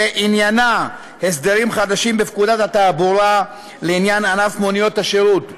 ועניינה הסדרים חדשים בפקודת התעבורה לעניין ענף מוניות השירות,